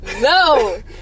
No